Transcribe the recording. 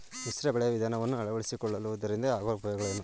ಮಿಶ್ರ ಬೆಳೆಯ ವಿಧಾನವನ್ನು ಆಳವಡಿಸಿಕೊಳ್ಳುವುದರಿಂದ ಆಗುವ ಉಪಯೋಗವೇನು?